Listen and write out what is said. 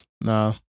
no